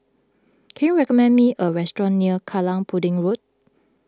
can you recommend me a restaurant near Kallang Pudding Road